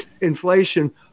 inflation